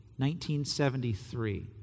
1973